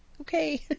okay